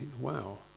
wow